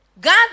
God